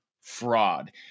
fraud